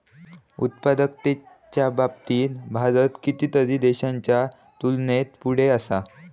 उत्पादकतेच्या बाबतीत भारत कितीतरी देशांच्या तुलनेत पुढे असा